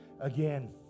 again